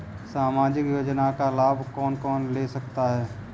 सामाजिक योजना का लाभ कौन कौन ले सकता है?